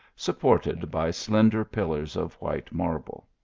supported by slender pillars of white marble.